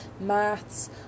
maths